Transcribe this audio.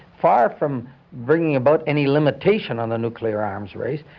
far from bringing about any limitation on the nuclear arms race,